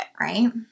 right